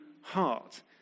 heart